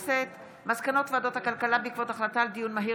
מסקנות ועדת הכלכלה בעקבות דיון מהיר